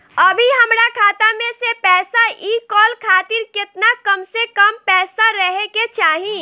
अभीहमरा खाता मे से पैसा इ कॉल खातिर केतना कम से कम पैसा रहे के चाही?